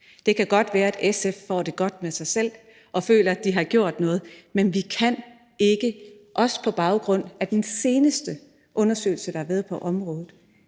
Det kan godt være, at SF får det godt med sig selv og føler, at de har gjort noget, men vi kan overhovedet ikke se – også på baggrund af den seneste undersøgelse, der har været på området